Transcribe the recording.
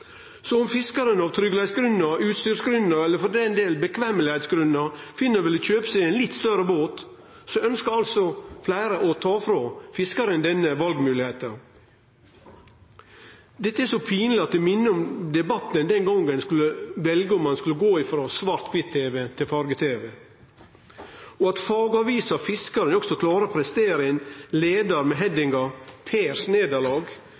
Så om fiskaren av tryggleiksgrunnar eller utstyrsgrunnar, eller for den del velværegrunnar, finn å ville kjøpe seg ein litt større båt, så ønskjer altså fleire å ta ifrå fiskaren denne valmoglegheita. Dette er så pinleg at det minner om debatten den gongen ein skulle velje om ein skulle gå frå svart/kvit-tv til farge-tv. At fagavisa Fiskaren også klarer å prestere ein leiar med